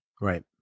Right